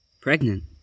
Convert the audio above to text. Pregnant